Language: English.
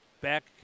back